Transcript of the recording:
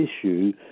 issue